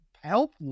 help